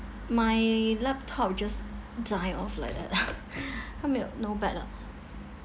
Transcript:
my laptop just die off like that no batt~ uh